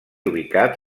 ubicat